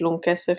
תשלום כסף,